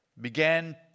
began